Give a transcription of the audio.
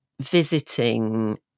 visiting